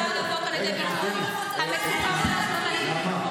עידית, אל תעשי עליי סיבוב.